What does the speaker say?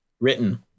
Written